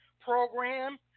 program